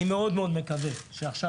אני מאוד מאוד מקווה שעכשיו,